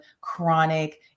chronic